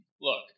Look